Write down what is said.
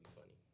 funny